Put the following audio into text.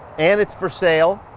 and it's for sale.